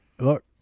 Look